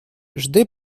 жди